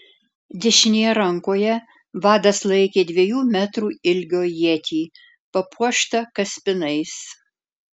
dešinėje rankoje vadas laikė dviejų metrų ilgio ietį papuoštą kaspinais